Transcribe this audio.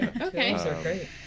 Okay